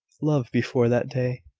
love, before that day,